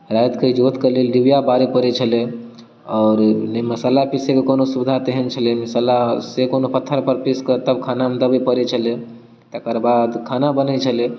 राति कऽ इजोत कऽ लेल डिबिआ बारऽ पड़ैत छलै आओर नहि मसाला पीसै कऽ कोनो सुविधा तेहन छलै मसाला से कोनो पत्थर पर पीस कऽ तब खाना देबऽ पड़ैत छलै तकर बाद खाना बनैत छलै